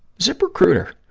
ziprecruiter.